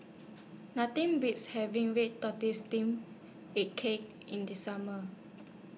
Nothing Beats having Red Tortoise Steamed A Cake in The Summer